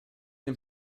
dem